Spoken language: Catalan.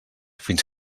fins